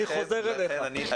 אני חוזר אליך.